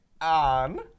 on